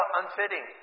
unfitting